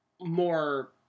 more